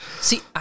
See